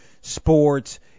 sports